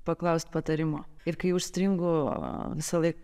paklaust patarimo ir kai užstringu visąlaik